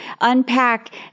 unpack